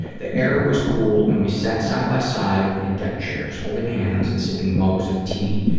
the air was cool and we sat side by side in deck chairs, holding hands and sipping mugs of tea,